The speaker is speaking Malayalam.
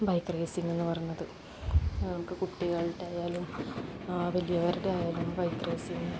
ബൈക്ക് റേയ്സിങ് എന്നുപറയുന്നത് നമുക്ക് കുട്ടികളുടെയായാലും വലിയവരുടെയായാലും ബൈക്ക് റേയ്സിങ്ങ്